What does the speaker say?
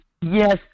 Yes